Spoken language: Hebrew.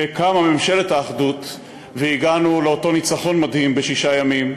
כשקמה ממשלת האחדות והגענו לאותו ניצחון מדהים בשישה ימים,